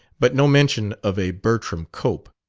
but no mention of a bertram cope.